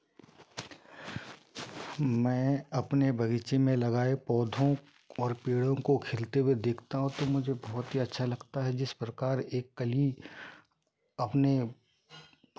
मैं अपने बगीचे में लगाए पौधों और पेड़ों को खिलते हुए देखता हूँ तो मुझे बहुत ही अच्छा लगता है जिस प्रकार एक कली अपने